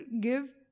give